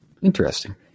interesting